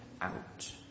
out